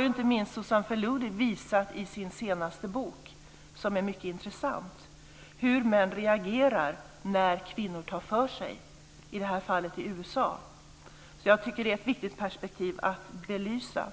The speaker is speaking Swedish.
Inte minst Susan Faludi har ju visat i sin senaste bok, som är mycket intressant, hur män reagerar när kvinnor tar för sig, i det här fallet i USA, så jag tycker att det är ett viktigt perspektiv att belysa.